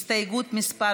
הסתייגות מס'